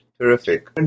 Terrific